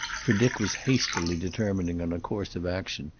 for dick was hastily determining on a course of action,